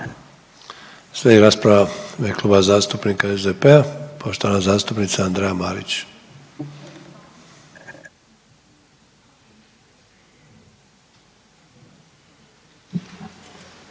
Slijedi rasprava u ime Kluba zastupnika SDP-a, poštovana zastupnica Andreja Marić.